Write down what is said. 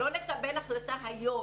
לא נקבל החלטה היום,